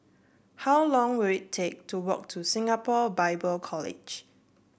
how long will it take to walk to Singapore Bible College